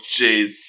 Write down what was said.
jeez